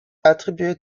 attribué